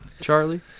Charlie